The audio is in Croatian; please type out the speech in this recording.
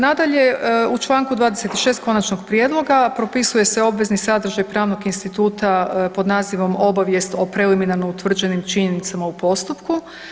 Nadalje, u čl. 26. konačnog prijedloga propisuje se obvezni sadržaj pravnog instituta pod nazivom „obavijest o preliminarno utvrđenim činjenicama u postupku“